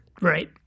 Right